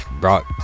brought